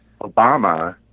Obama